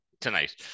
tonight